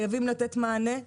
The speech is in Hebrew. חייבים לתת מענה.